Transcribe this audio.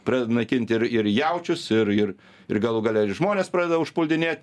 pradeda naikinti ir ir jaučius ir ir ir galų gale ir žmones pradeda užpuldinėt